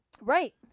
Right